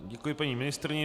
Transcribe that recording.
Děkuji paní ministryni.